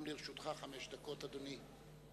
גם לרשותך חמש דקות, אדוני.